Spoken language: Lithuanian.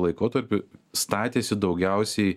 laikotarpiu statėsi daugiausiai